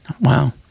Wow